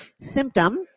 symptom